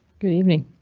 good evening,